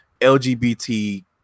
lgbt